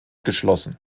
geschlossen